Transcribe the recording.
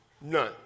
None